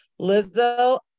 Lizzo